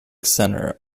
center